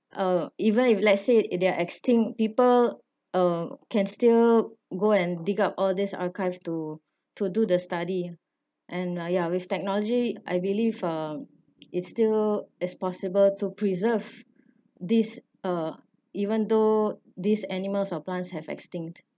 uh even if let's say if they're extinct people uh can still go and dig up all this archive to to do the study and uh ya with technology I believe uh it still as possible to preserve this uh even though these animals or plants have extinct